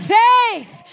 faith